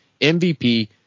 MVP